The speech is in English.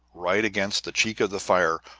right against the cheek of the fire,